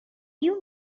you